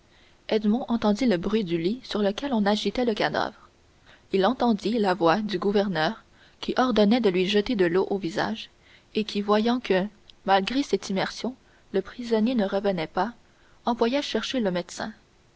entendit le bruit du lit sur lequel on agitait le cadavre il entendit la voix du gouverneur qui ordonnait de lui jeter de l'eau au visage et qui voyant que malgré cette immersion le prisonnier ne revenait pas envoya chercher le médecin